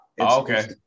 okay